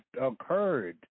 occurred